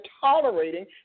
tolerating